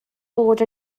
bod